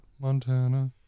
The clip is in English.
Montana